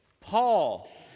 Paul